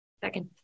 Second